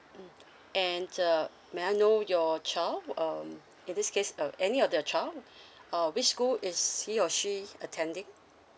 and may I know your child um in this case uh any of the child uh which school is he or she attending